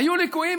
היו ליקויים,